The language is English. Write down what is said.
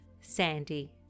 Sandy